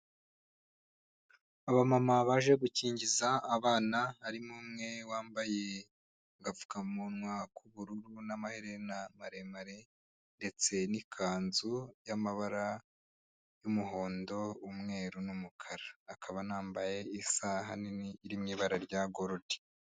Abamama baje gukingiza abana, harimo umwe wambaye agapfukamunwa k'ubururu n'amaherererena maremare, ndetse n'ikanzu y'amabara y'umuhondo, umweru, n'umukara; akaba anambaye isaha ahan nini iri mu ibara rya golude.